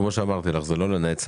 כמו שאמרתי לך, זה לא לנצח.